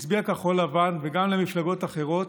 שהצביע לכחול לבן וגם למפלגות אחרות